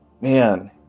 Man